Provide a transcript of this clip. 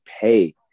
pay